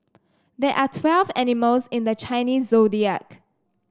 there are twelve animals in the Chinese Zodiac